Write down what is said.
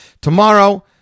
tomorrow